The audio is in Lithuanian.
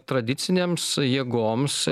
tradicinėms jėgoms